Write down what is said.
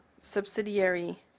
subsidiary